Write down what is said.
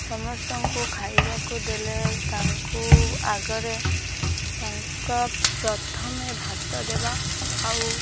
ସମସ୍ତଙ୍କୁ ଖାଇବାକୁ ଦେଲେ ତାଙ୍କୁ ଆଗରେ ତାଙ୍କ ପ୍ରଥମେ ଭାତ ଦେବା ଆଉ